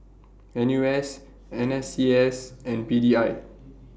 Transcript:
N U S N S C S and P D I